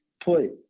put